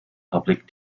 public